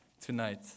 tonight